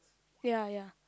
ya ya